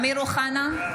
(קוראת בשמות חברי הכנסת) אמיר אוחנה,